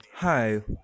hi